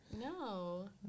No